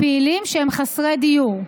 פעילים שהם חסרי דיור,